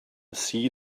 see